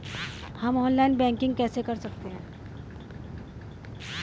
हम online banking कैसे कर सकते हैं?